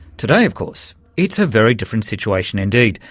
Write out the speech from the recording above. today of course it's a very different situation indeed.